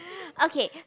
okay